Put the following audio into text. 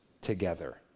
together